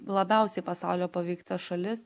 labiausiai pasaulio paveikta šalis